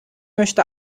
möchte